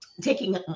taking